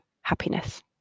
happiness